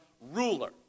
ruler